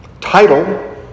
Title